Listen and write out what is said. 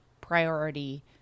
priority